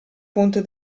punto